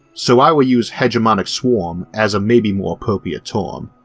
so i will use hegemonic swarm as a maybe more appropriate term.